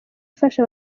ifasha